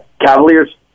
Cavaliers